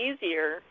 easier